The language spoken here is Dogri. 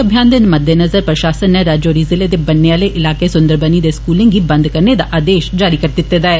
अभियान दे मद्देनजुर प्रशासने नै राजौर जिले दे बन्ने आले इलाके सुंदरबनी दे स्कूलें गी बंद करने दा आदेश जारी करी दिते दा ऐ